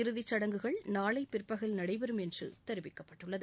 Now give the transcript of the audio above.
இறுதிச்சடங்குகள் நாளை பிற்பகல் நடைபெறும் என்று தெரிவிக்கப்பட்டுள்ளது